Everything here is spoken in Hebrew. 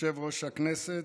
יושב-ראש הכנסת,